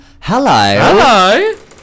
Hello